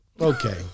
Okay